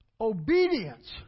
Obedience